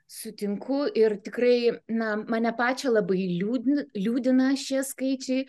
sutinku ir tikrai na mane pačią labai liūdina liūdina šie skaičiai